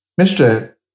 Mr